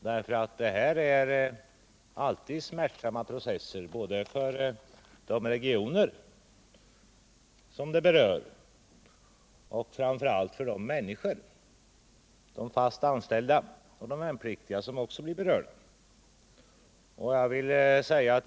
Sådant innebär alltid smärtsamma processer både för de regioner som berörs och framför allt för de människor — de fast anställda och de värnpliktiga — som också blir berörda.